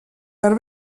per